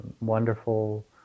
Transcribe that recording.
wonderful